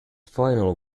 final